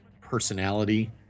personality